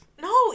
No